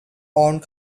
owned